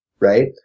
right